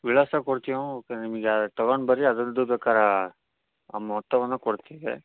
ವಿಳಾಸ ಕೊಡ್ತೀವಿ ma'am okay ನಿಮಗೆ ತಕೊಂಡು ಬರ್ರಿ ಅದರದು ಬೇಕಾರೆ ಆ ಮೊತ್ತವನ್ನು ಕೊಡ್ತೀವಿ